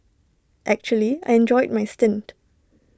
actually I enjoyed my stint